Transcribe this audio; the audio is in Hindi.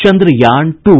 चन्द्रयान टू